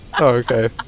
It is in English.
okay